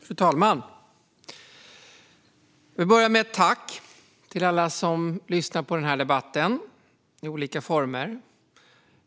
Fru talman! Jag vill börja med att säga: Tack till alla som lyssnar på denna debatt i olika former!